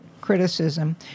criticism